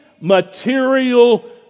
material